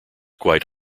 quite